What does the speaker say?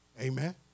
Amen